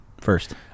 first